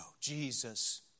Jesus